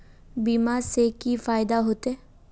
बीमा से की फायदा होते?